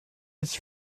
his